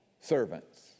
servants